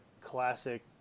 classic